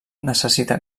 necessita